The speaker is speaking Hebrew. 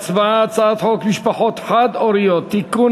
להצבעה על הצעת חוק משפחות חד-הוריות (תיקון,